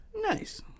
nice